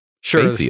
Sure